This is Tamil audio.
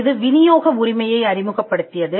இது விநியோக உரிமையை அறிமுகப்படுத்தியது